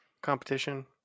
competition